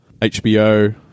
hbo